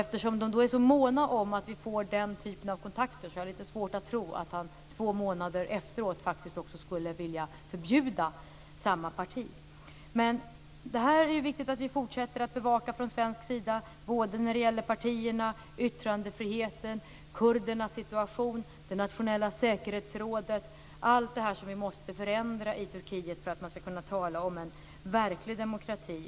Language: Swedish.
Eftersom de är så måna om att vi ska få den typen av kontakter har jag lite svårt att tro att de två månader efteråt skulle förbjuda samma parti. Det är viktigt att vi från svensk sida fortsätter att bevaka partierna, yttrandefriheten, kurdernas situation, det nationella säkerhetsrådet, allt det som vi måste förändra i Turkiet så att vi ska kunna tala om en verklig demokrati.